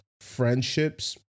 friendships